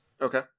Okay